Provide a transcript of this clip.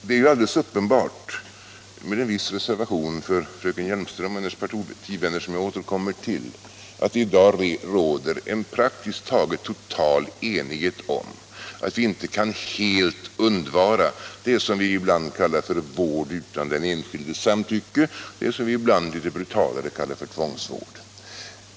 Det är alldeles uppenbart — med en viss reservation för fröken Hjelmström och hennes partivänner, som jag återkommer till — att det i dag råder praktiskt taget total enighet om att vi inte kan helt undvara det som vi ibland kallar för vård utan den enskildes samtycke och ibland, litet brutalare, kallar för tvångsvård.